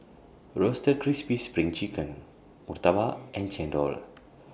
Roasted Crispy SPRING Chicken Murtabak and Chendol